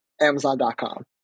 Amazon.com